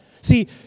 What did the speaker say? See